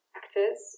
actors